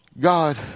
God